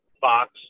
Fox